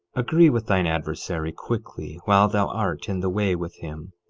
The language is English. agree with thine adversary quickly while thou art in the way with him,